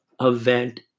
event